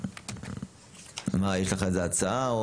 יש לך איזו הצעה?